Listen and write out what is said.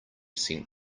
sent